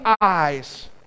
eyes